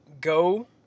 go